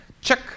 check